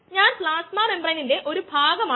അതിനാൽ v equals v mS K m S ആണ്